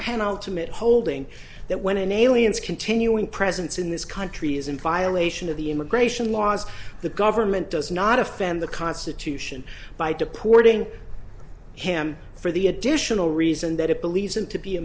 penalty mitt holding that when an alien's continuing presence in this country is in violation of the immigration laws the government does not offend the constitution by to porting him for the additional reason that it believes him to be a